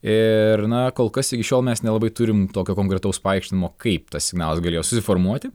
ir na kol kas iki šiol mes nelabai turim tokio konkretaus paaiškinimo kaip tas signalas galėjo susiformuoti